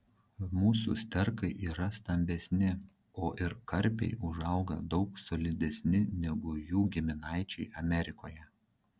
mūsų sterkai yra stambesni o ir karpiai užauga daug solidesni negu jų giminaičiai amerikoje